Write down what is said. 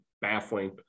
baffling